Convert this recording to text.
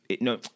No